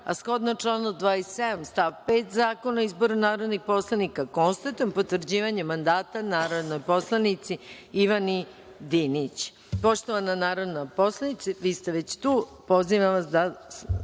a shodno članu 27. stav 5. Zakona o izboru narodnih poslanika, konstatujem potvrđivanje mandata narodnoj poslanici Ivani Dinić. Poštovana narodna poslanice, vi ste već tu, pozivam vas da